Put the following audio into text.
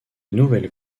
nouvelles